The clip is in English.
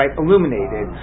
illuminated